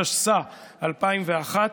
התשס"א 2001,